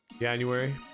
January